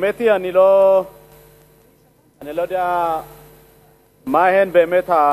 תודה רבה.